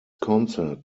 concert